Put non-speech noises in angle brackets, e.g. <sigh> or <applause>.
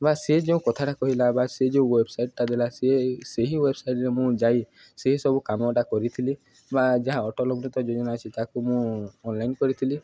ବା ସେଇ ଯେଉଁ କଥାଟା କହିଲା ବା ସେଇ ଯେଉଁ ୱେବସାଇଟ୍ଟା ଦେଲା ସେଇ ସେଇ ୱେବସାଇଟ୍ରେ ମୁଁ ଯାଇ ସେହି ସବୁ କାମଟା କରିଥିଲି ବା ଯାହା <unintelligible> ଯୋଜନା ଅଛି ତାକୁ ମୁଁ ଅନଲାଇନ୍ କରିଥିଲି